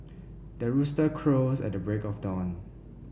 the rooster crows at the break of dawn